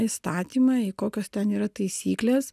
įstatymą į kokios ten yra taisyklės